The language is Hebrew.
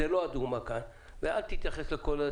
זו לא הדוגמה כאן, ואל תתייחס לכול.